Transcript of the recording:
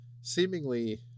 Seemingly